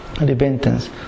repentance